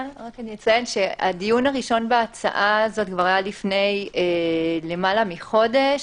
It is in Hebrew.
הדיון הראשון בהצעה הזו היה לפני למעלה מחודש.